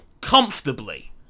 comfortably